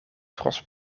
tros